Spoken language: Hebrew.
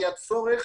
היה צורך